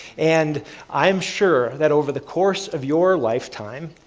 and i'm sure that over the course of your lifetime,